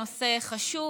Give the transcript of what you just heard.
נושא חשוב,